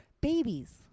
babies